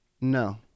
No